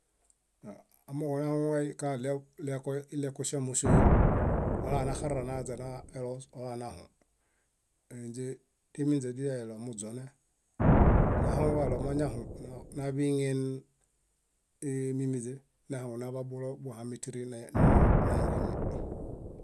Amooġo nahaŋukaḃay kaɭew leko ileko ŝámaŝohe olalanaxarra naźanaloos olalanahũ. Náinźe timinźe źidieiɭomuźone. Nahaŋuġaɭo mañahũ naḃiñen mímiźe nahaŋunaḃabulobuhami tíri naingemi.